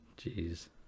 Jeez